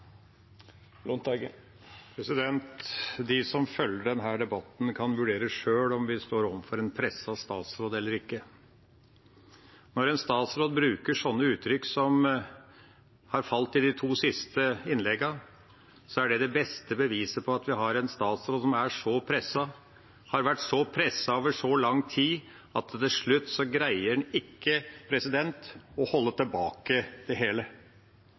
De som følger denne debatten, kan vurdere sjøl om vi står overfor en presset statsråd eller ikke. Når en statsråd bruker sånne uttrykk som har falt i de to siste innleggene, er det det beste beviset på at vi har en statsråd som er så presset og har vært så presset over så lang tid, at han til slutt ikke greier å holde tilbake det hele.